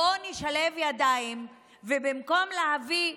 בואו נשלב ידיים, ובמקום להביא,